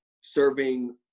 serving